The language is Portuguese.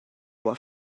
boa